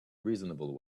reasonable